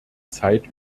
zeit